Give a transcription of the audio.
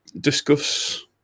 discuss